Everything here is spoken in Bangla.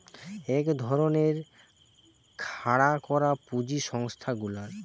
এক ধরণের খাড়া করা পুঁজি সংস্থা গুলার